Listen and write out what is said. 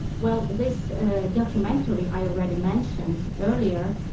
well, this ah documentary i already mentioned earlier,